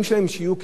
שיהיו כמו,